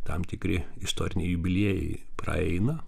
tam tikri istoriniai jubiliejai praeina